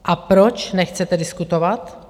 A proč nechcete diskutovat?